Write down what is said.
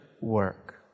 work